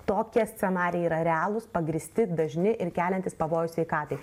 tokie scenarijai yra realūs pagrįsti dažni ir keliantys pavojų sveikatai